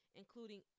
including